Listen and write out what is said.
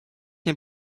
nie